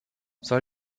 soll